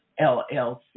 LLC